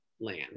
land